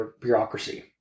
bureaucracy